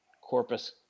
Corpus